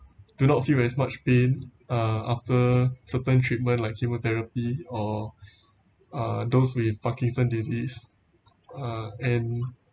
do not feel as much pain uh after certain treatment like chemotherapy or uh those with Parkinson disease uh and